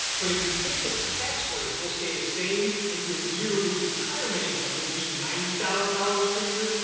but if you think that the tax rates will stay the same, and your yearly retirement income will be ninety thousand dollars per year,